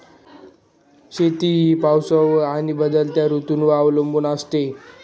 शेती ही पावसावर आणि बदलणाऱ्या ऋतूंवर अवलंबून असते